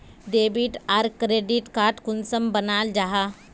Debit आर credit card कुंसम बनाल जाहा?